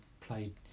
played